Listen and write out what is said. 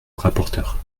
rapporteur